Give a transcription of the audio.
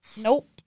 Nope